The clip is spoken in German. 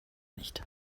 nicht